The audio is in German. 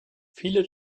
viele